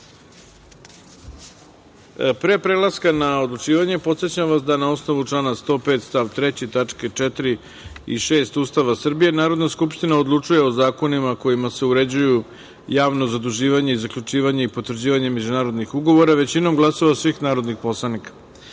prelaska na odlučivanje, podsećam vas da na osnovu člana 105. stav 3. tačke 4. i 6. Ustava Srbije, Narodna skupština odlučuje o zakonima kojima se uređuju javno zaduživanje i zaključivanje i potraživanje međunarodnih ugovora, većinom glasova svih narodnih poslanika. Stavljam